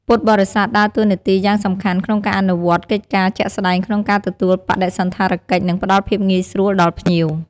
ពួកគាត់ជាកម្លាំងចលករដ៏សំខាន់នៅពីក្រោយការរៀបចំ និងការស្វាគមន៍។